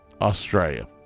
Australia